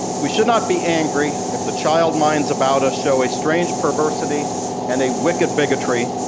we should not be angry if the child minds about us show a strange perversity and a wicked bigotry,